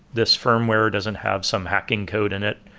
this firmware doesn't have some hacking code in it.